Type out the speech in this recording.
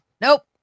nope